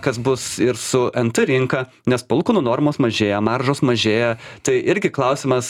kas bus ir su nt rinka nes palūkanų normos mažėja maržos mažėja tai irgi klausimas